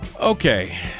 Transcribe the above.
Okay